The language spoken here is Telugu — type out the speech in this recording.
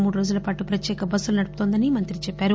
మూడు రోజులపాటు ప్రత్యేక బస్సులు నడుపుతుందని మంత్రి చెప్పారు